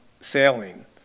sailing